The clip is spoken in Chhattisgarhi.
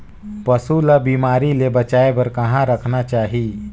पशु ला बिमारी ले बचाय बार कहा रखे चाही?